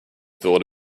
thought